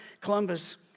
Columbus